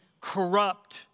corrupt